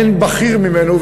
אין בכיר ממנו,